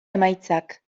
emaitzak